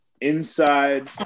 inside